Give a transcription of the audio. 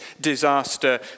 disaster